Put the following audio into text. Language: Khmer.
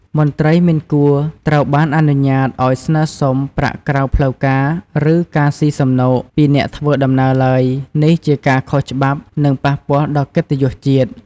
មន្ត្រីមិនគួរត្រូវបានអនុញ្ញាតឱ្យស្នើសុំប្រាក់ក្រៅផ្លូវការ ឬ ការស៊ីសំណូក ពីអ្នកធ្វើដំណើរឡើយ នេះជាការខុសច្បាប់ និងប៉ះពាល់ដល់កិត្តិយសជាតិ។